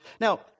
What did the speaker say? Now